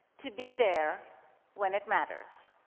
to be there when it matters,